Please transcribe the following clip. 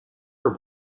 were